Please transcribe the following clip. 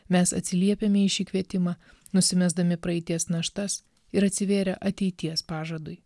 mes atsiliepiame į šį kvietimą nusimesdami praeities naštas ir atsivėrę ateities pažadui